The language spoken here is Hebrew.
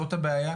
זאת הבעיה,